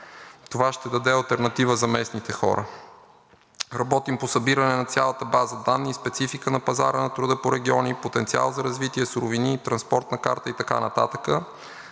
Това ще даде алтернатива за местните хора. Работим по събиране на цялата база данни: специфика на пазара на труда по региони, потенциал за развитие, суровини, транспортна карта и така